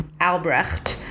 Albrecht